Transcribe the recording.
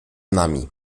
nami